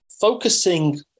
focusing